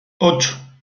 ocho